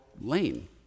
lane